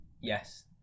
Yes